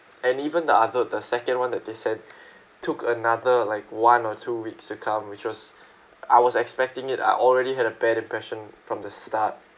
and even the other the second one that they sent took another like one or two weeks to come which was I was expecting it I already had a bad impression from the start